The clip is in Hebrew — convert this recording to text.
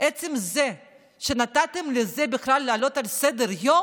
עצם זה שנתתם לזה בכלל לעלות לסדר-היום,